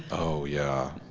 oh yeah.